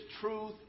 truth